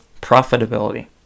profitability